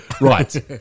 right